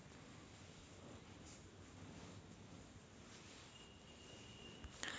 पाळीव प्राण्यांच्या विम्याअंतर्गत, पाळीव प्राणी मरण पावल्यास, हरवल्यास, चोरी गेल्यास काही पैसे देतील